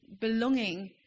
belonging